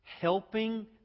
helping